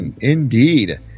indeed